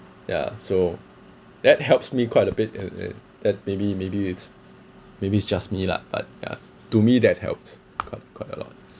ya so that helps me quite a bit that maybe maybe it's maybe it's just me lah but ah to me that helps quite quite a lot